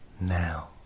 now